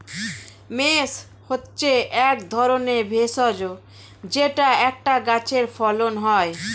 mace হচ্ছে এক ধরনের ভেষজ যেটা একটা গাছে ফলন হয়